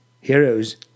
heroes